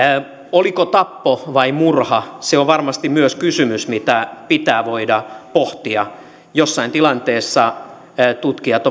oliko tappo vai murha se on varmasti myös kysymys mitä pitää voida pohtia jossain tilanteessa tutkijat